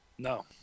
No